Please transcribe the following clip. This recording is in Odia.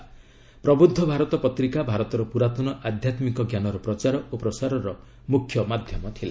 'ପ୍ରବୁଦ୍ଧ ଭାରତ' ପତ୍ରିକା ଭାରତର ପୁରାତନ ଆଧ୍ୟାତ୍ମିକ ଜ୍ଞାନର ପ୍ରଚାର ଓ ପ୍ରସାରର ମୁଖ୍ୟ ମାଧ୍ୟମ ଥିଲା